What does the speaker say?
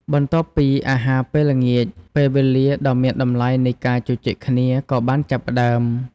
បន្ទាប់ពីអាហារពេលល្ងាច ពេលវេលាដ៏មានតម្លៃនៃការជជែកគ្នាក៏បានចាប់ផ្តើម។